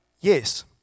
Yes